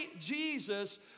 Jesus